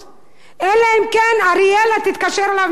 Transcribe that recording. אלא אם כן אראלה ממפעל הפיס